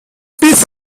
biss